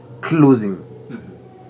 closing